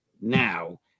now